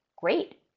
great